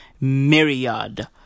myriad